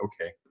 okay